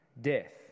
Death